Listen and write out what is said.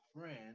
friend